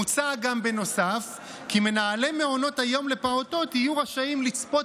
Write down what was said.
מוצע בנוסף כי מנהלי מעונות היום לפעוטות יהיו רשאים לצפות